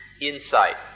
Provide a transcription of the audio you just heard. insight